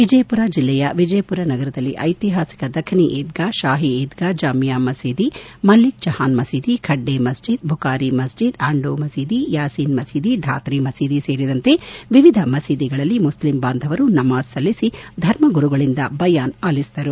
ವಿಜಯಪುರ ಜಿಲ್ಲೆಯ ವಿಜಯಪುರ ನಗರದಲ್ಲಿ ಐತಿಹಾಸಿಕ ದಖನಿ ಈದ್ಗಾ ಶಾಹಿ ಈದ್ಗಾ ಜಾಮಿಯ ಮಸೀದಿ ಮಲ್ಲಿಕ್ ಜಹಾನ್ ಮಸೀದಿ ಖಡ್ನೇ ಮಸ್ಲೀದ್ ಬುಖಾರಿ ಮಸ್ಲೀದ್ ಅಂಡೂ ಮಸೀದಿ ಯಾಸೀನ್ ಮಸೀದಿ ಧಾತರಿ ಮಸೀದಿ ಸೇರಿದಂತೆ ವಿವಿಧ ಮಸೀದಿಗಳಲ್ಲಿ ಮುಷ್ಲಿಂ ಬಾಂಧವರು ನಮಾಜ್ ಸಲ್ಲಿಸಿ ಧರ್ಮಗುರುಗಳಿಂದ ಬಯಾನ್ ಅಲಿಸಿದರು